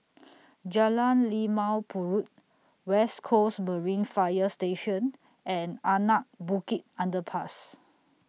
Jalan Limau Purut West Coast Marine Fire Station and Anak Bukit Underpass